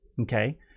Okay